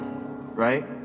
right